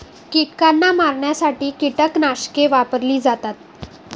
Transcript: कीटकांना मारण्यासाठी कीटकनाशके वापरली जातात